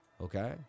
Okay